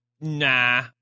nah